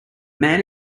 man